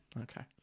Okay